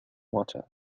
water